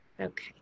okay